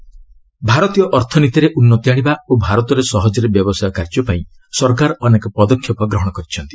ଗମେଣ୍ଟ commerce ଭାରତୀୟ ଅର୍ଥନୀତିରେ ଉନ୍ନତି ଆଣିବା ଓ ଭାରତରେ ସହଜରେ ବ୍ୟବସାୟ କାର୍ଯ୍ୟ ପାଇଁ ସରକାର ଅନେକ ପଦକ୍ଷେପ ଗ୍ରହଣ କରିଛନ୍ତି